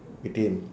with him